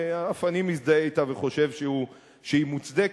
שאף אני מזדהה אתה וחושב שהיא מוצדקת,